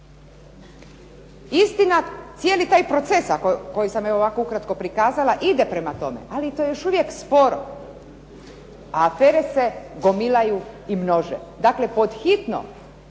Istina cijeli taj proces, a koji sam evo ovako ukratko prikazala ide prema tome, ali to je još uvijek sporo, a afere se gomilaju i množe. Dakle pod hitno